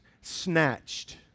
snatched